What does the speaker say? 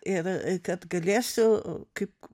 ir kad galėsiu kaip